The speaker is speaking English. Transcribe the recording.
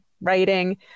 writing